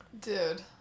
Dude